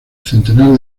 centenar